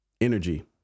Energy